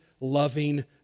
loving